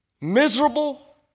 miserable